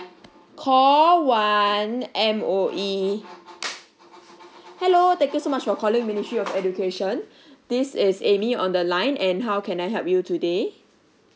call one M_O_E hello thank you so much for calling ministry of education this is amy on the line and how can I help you today